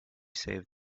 saved